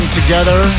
together